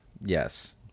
yes